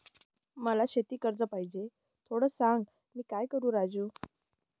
मला शेती कर्ज पाहिजे, थोडं सांग, मी काय करू राजू?